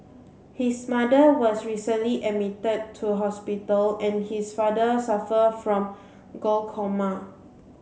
his mother was recently admitted to hospital and his father suffer from glaucoma